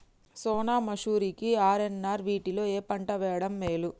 సోనా మాషురి కి ఆర్.ఎన్.ఆర్ వీటిలో ఏ పంట వెయ్యడం మేలు?